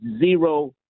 zero